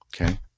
Okay